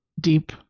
deep